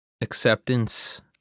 acceptance